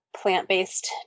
plant-based